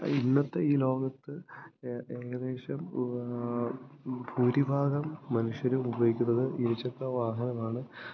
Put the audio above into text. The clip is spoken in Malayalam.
ഇന്നത്തെ ഈ ലോകത്ത് ഏകദേശം ഭൂരിഭാഗം മനുഷ്യരും ഉപയോഗിക്കുന്നത് ഇരുചക്രവാഹനമാണ്